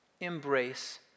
embrace